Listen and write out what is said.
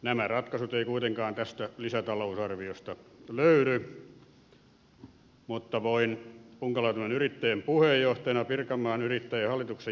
nämä ratkaisut eivät kuitenkaan tästä lisätalousarviosta löydy mutta voin punkalaitumen yrittäjien puheenjohtajana ja pirkanmaan yrittäjien hallituksen jäsenenä kertoa miten se on mahdollista